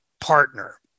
partner